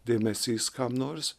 dėmesys kam nors